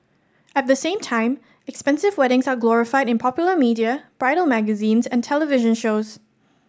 at the same time expensive weddings are glorified in popular media bridal magazines and television shows